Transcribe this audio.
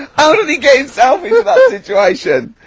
how did he get himself into that situation?